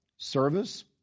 service